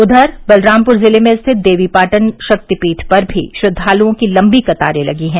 उषर बलरामपुर जिले में स्थित देवीपाटन शक्तिपीठ पर भी श्रद्वालुओं की लम्बी कतारें लगी हैं